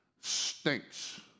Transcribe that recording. stinks